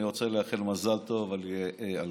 אני רוצה לאחל מזל טוב על כך